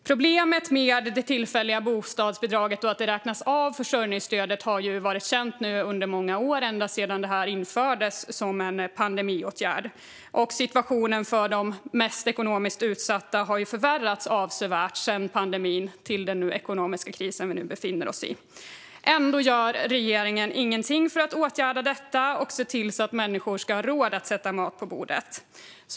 Problemet att det tillfälliga bostadsbidraget räknas av försörjningsstödet har varit känt under många år nu, ända sedan det infördes som en pandemiåtgärd, och situationen för de mest ekonomiskt utsatta har förvärrats avsevärt från pandemin till den ekonomiska kris vi nu befinner oss i. Ändå gör regeringen ingenting för att åtgärda detta och se till att människor ska ha råd att sätta mat på bordet.